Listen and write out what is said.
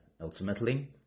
ultimately